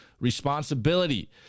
responsibility